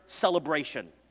celebration